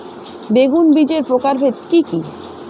বেগুন বীজের প্রকারভেদ কি কী?